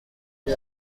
ari